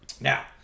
Now